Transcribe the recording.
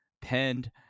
pinned